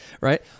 right